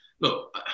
look